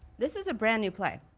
this is a brand new play.